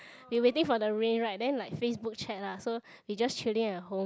we waiting for the rain right then like FaceBook chat lah so we just chilling at home